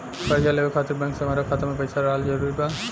कर्जा लेवे खातिर बैंक मे हमरा खाता मे पईसा रहल जरूरी बा?